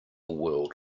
world